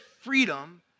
freedom